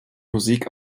musik